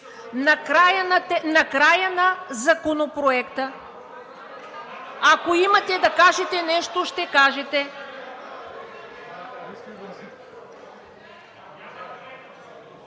Накрая на Законопроекта, ако имате да кажете нещо, ще кажете.